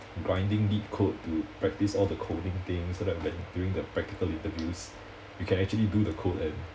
grinding deep code to practise all the coding things so that when during the practical interviews you can actually do the code and